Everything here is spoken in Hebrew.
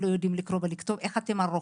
יש אנשים שלא יודעים לקרוא ולכתוב איך אתם ערוכים?